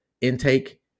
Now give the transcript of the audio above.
intake